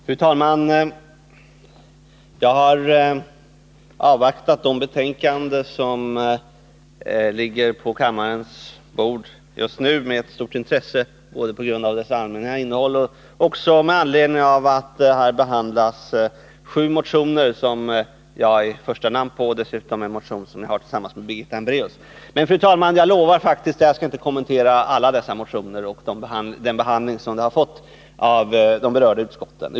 Fru talman! Jag har med stort intresse avvaktat de betänkanden som ligger på kammarens bord just nu, både på grund av deras allmänna innehåll och med anledning av att där behandlas sju motioner på vilka mitt namn står först och dessutom en motion som jag har väckt tillsammans med Birgitta Hambraeus. Men, fru talman, jag lovar att jag inte skall kommentera alla dessa motioner och den behandling som de har fått av de berörda utskotten.